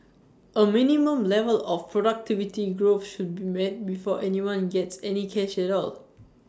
A minimum level of productivity growth should be met before anyone gets any cash at all